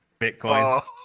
Bitcoin